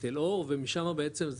תל אור ומשמה בעצם,